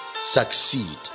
succeed